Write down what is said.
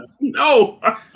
no